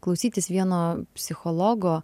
klausytis vieno psichologo